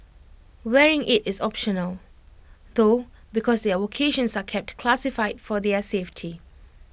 wearing IT is optional though because their vocations are kept classified for their safety